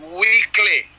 weekly